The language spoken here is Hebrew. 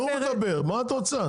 הוא מדבר, מה את רוצה.